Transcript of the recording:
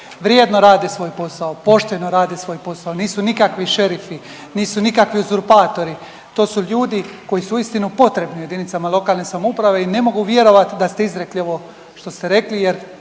vrijedno rade svoj posao, pošteno rade svoj posao, nisu nikakvi šerifi, nisu nikakvi uzurpatori, to su ljudi koji su uistinu potrebni u jedinicama lokalne samouprave i ne mogu vjerovat da ste izrekli ovo što ste rekli jer